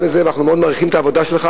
את זה ואנחנו מאוד מעריכים את העבודה שלך,